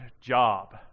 job